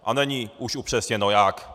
A není už upřesněno jak.